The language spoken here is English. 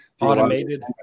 Automated